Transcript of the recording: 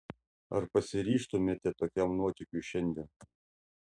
ar pasiryžtumėte tokiam nuotykiui šiandien